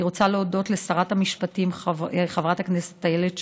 אני רוצה להודות לשרת המשפטים חברת הכנסת איילת שקד,